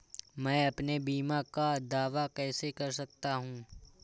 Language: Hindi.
मैं अपने बीमा का दावा कैसे कर सकता हूँ?